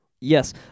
Yes